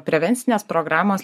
prevencinės programos